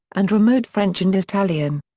and remote french and italian.